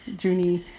Junie